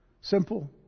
simple